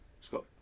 Scott